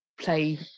play